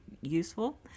useful